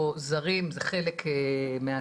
או זרים, זה חלק מהסיפור.